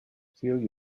celia